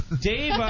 Dave